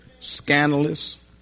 scandalous